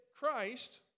Christ